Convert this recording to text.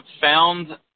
found